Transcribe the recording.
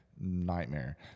nightmare